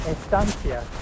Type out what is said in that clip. Estancia